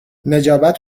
نجابت